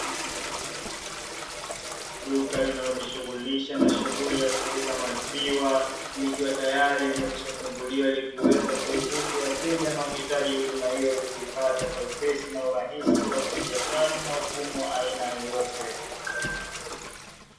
Duka linalojishughulisha na shughuli ya kuuza maziwa likiwa tayari limekwisha funguliwa ili kuweza kuruhusu wateja wanaohitaji huduma hiyo waweze kuipata kwa wepesi na urahisi, bila kupitia tabu na ugumu wa aina yoyote.